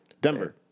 Denver